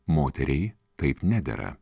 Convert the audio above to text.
moteriai taip nedera